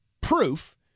proof